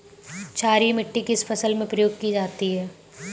क्षारीय मिट्टी किस फसल में प्रयोग की जाती है?